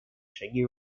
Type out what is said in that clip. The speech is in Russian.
шаги